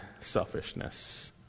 selfishness